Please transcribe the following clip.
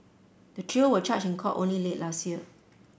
the trio were charged in court only late last year